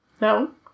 No